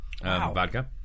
vodka